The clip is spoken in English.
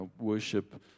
worship